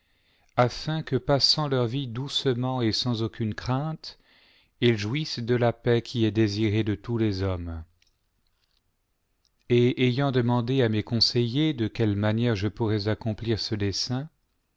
afin que passant leur vie doucement et sans aucune crainte ils jouissent de la paix qui est désirée de tous les hommes et ayant demandé à mes conseillers de quelle manière je pourrais accomplir ce dessein